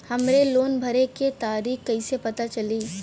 हमरे लोन भरे के तारीख कईसे पता चली?